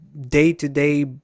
day-to-day